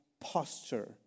posture